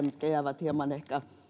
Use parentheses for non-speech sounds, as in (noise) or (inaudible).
(unintelligible) mitkä jäävät hieman ehkä